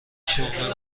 شغل